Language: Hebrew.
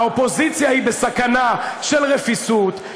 האופוזיציה היא בסכנה של רפיסות,